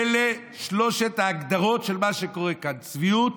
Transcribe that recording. אלה שלוש ההגדרות של מה שקורה כאן: צביעות,